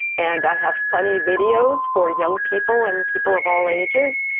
and i have funny videos for young people, and people of all ages,